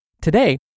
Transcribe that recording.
Today